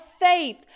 faith